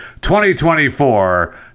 2024